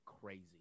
crazy